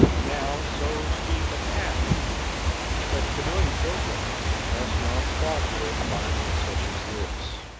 down so steep a path but canoeing pilgrims must not falter at trifles such as this.